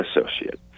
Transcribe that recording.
associate